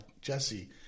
Jesse –